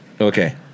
okay